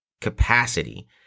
capacity